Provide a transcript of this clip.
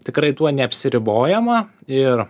tikrai tuo neapsiribojama ir